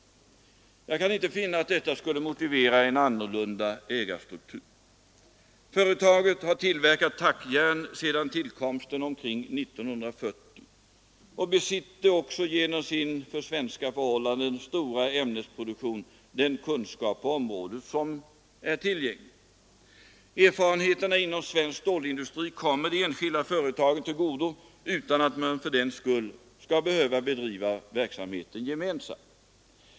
Jag kan inte finna att detta skulle motivera en annan ägarstruktur. Företaget har tillverkat tackjärn sedan tillkomsten omkring 1940 och besitter också genom sin för svenska förhållanden stora ämnesproduktion den kunskap på området som är tillgänglig. Erfarenheterna inom svensk stålindustri kommer det enskilda företaget till godo utan att man fördenskull behöver bedriva verksamheten gemensamt.